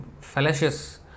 fallacious